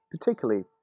particularly